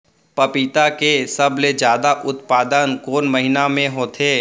पपीता के सबले जादा उत्पादन कोन महीना में होथे?